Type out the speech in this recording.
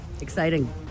exciting